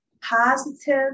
positive